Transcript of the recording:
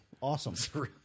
Awesome